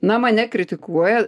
na mane kritikuoja